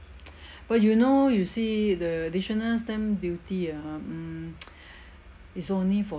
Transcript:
but you know you see the additional stamp duty ah mm is only for